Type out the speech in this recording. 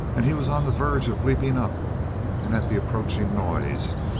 and he was on the verge of leaping up and at the approaching noise,